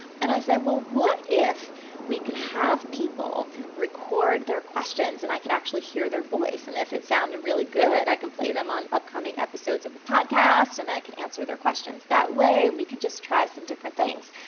and i said, said, well, what if we could have people record their questions and i could actually hear their voice and if it sounded really good, i can play them on upcoming episodes of the podcast and i can answer their questions that way and we can just try some different things?